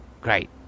Great